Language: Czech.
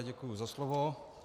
Děkuji za slovo.